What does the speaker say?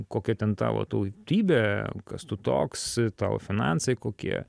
kokia ten tavo tautybė kas tu toks tavo finansai kokie